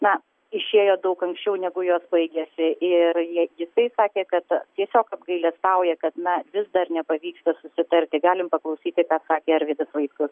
na išėjo daug anksčiau negu jos baigėsi ir jei jisai sakė kad tiesiog apgailestauja kad na vis dar nepavyksta susitarti galim paklausyti ką sakė arvydas vaitkus